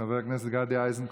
חבר הכנסת גדי איזנקוט,